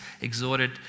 exhorted